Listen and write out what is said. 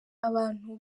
abantu